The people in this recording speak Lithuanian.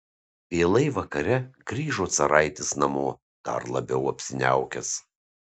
vėlai vakare grįžo caraitis namo dar labiau apsiniaukęs